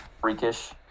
freakish